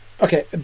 Okay